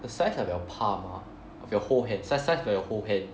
the size of your palm ah of your whole hand size size of your whole hand